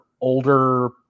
older